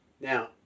now